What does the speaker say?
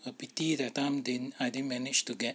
I pity that time I didn't manage to get